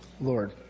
Lord